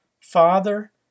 Father